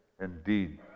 indeed